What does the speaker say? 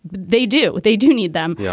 they do. but they do need them. yeah